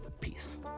Peace